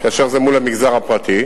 כאשר זה מול המגזר הפרטי,